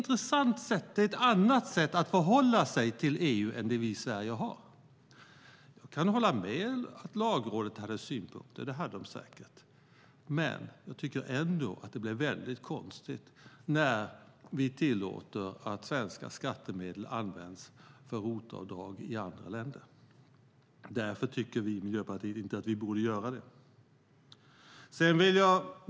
Det är ett annat sätt att förhålla sig till EU än det vi har i Sverige. Jag kan hålla med om att Lagrådet hade synpunkter; det hade de säkert. Jag tycker dock att det ändå blir väldigt konstigt när vi tillåter att svenska skattemedel används för ROT-avdrag i andra länder. Därför tycker vi i Miljöpartiet inte att vi borde göra det.